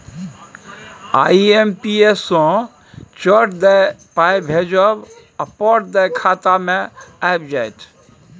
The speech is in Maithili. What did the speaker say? आई.एम.पी.एस सँ चट दअ पाय भेजब आ पट दअ खाता मे आबि जाएत